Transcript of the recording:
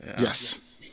Yes